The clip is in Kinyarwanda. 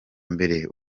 mbere